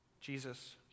Jesus